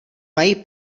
mají